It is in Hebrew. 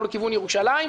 למשל,